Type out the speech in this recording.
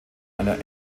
einer